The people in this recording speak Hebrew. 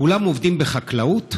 כולם עובדים בחקלאות?